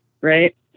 right